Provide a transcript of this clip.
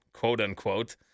quote-unquote